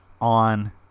on